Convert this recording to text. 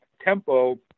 tempo